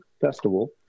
festival